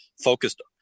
focused